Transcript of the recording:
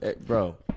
Bro